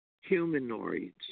humanoids